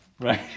Right